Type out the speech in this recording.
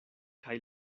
kaj